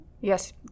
Yes